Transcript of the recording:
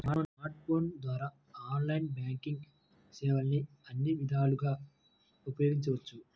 smart ఫోన్ల ద్వారా online banking సేవల్ని అన్ని విధాలుగా ఉపయోగించవచ్చు